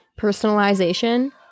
personalization